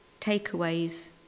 takeaways